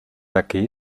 aquí